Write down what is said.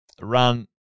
run